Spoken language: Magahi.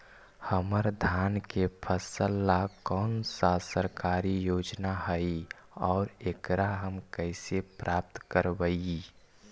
हमर धान के फ़सल ला कौन सा सरकारी योजना हई और एकरा हम कैसे प्राप्त करबई?